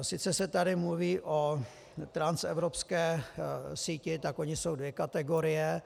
Sice se tady mluví o transevropské síti, tak ony jsou dvě kategorie.